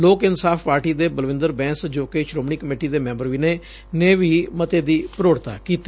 ਲੋਕ ਇਨਸਾਫ਼ ਪਾਰਟੀ ਦੇ ਬਲਵਿੰਦਰ ਬੈਂਸ ਜੋ ਕਿ ਸ੍ਰੋਮਣੀ ਕਮੇਟੀ ਦੇ ਮੈਂਬਰ ਵੀ ਨੇ ਨੇ ਵੀ ਮੱਤੇ ਦੀ ਪ੍ਰੋੜਤਾ ਕੀਤੀ